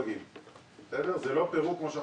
תשמע מה אומר שולי.